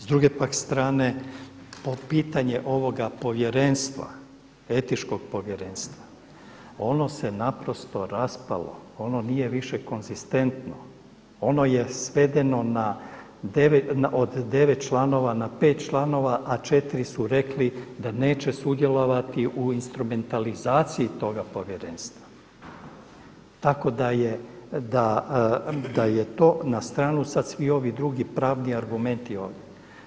S druge pak strane pitanje ovoga povjerenstva, etičkog povjerenstva ono se naprosto raspalo, ono nije više konzistentno, ono je svedeno od devet članova na pet članova a četiri su rekli da neće sudjelovati u instrumentalizaciji toga povjerenstva, tako da je to na stranu sad svi ovi drugi pravni argumenti ovdje.